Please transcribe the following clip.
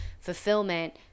fulfillment